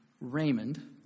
Raymond